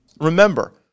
Remember